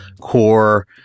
core –